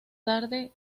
tarde